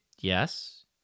yes